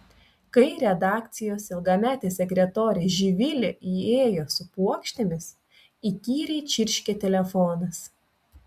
kai redakcijos ilgametė sekretorė živilė įėjo su puokštėmis įkyriai čirškė telefonas